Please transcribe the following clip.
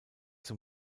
zum